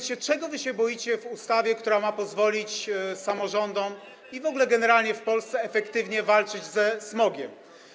Czego się boicie w ustawie, która ma pozwolić samorządom i w ogóle generalnie w Polsce efektywnie walczyć ze smogiem?